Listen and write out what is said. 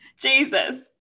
Jesus